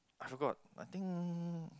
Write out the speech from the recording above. I forgot I think